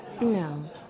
No